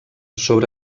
sobre